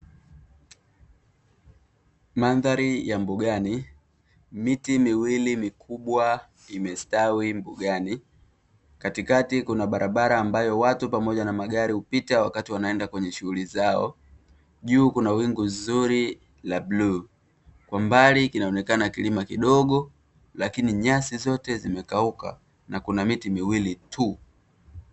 Mandhari ya mbugani, miti miwili mikubwa imestawi mbugani, katikati kuna barabara ambayo watu pamoja na magari hupita wakati wanaenda kwenye shughuli zao. Juu Kuna wingu zuri la bluu, kwa mbali kinaonekana kilima kidogo, lakini nyasi zimekauka na kuna miti miwili tuu.